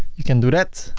you can do that.